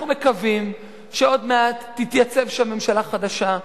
אנחנו מקווים שעוד מעט תתייצב שם ממשלה חדשה,